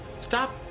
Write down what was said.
Stop